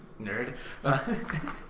Nerd